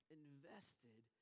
invested